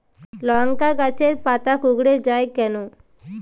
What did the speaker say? লংকা গাছের পাতা কুকড়ে যায় কেনো?